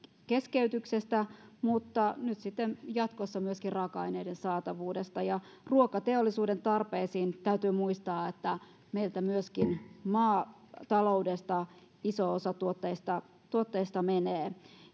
keskeytyksistä mutta nyt sitten jatkossa on huoli myöskin raaka aineiden saatavuudesta ruokateollisuuden tarpeisiin täytyy muistaa meiltä maataloudesta iso osa tuotteista myöskin menee